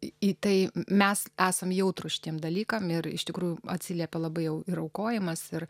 į tai mes esam jautrūs šitiem dalykam ir iš tikrųjų atsiliepia labai jau ir aukojimas ir